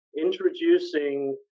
introducing